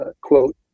quote